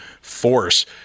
force